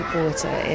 water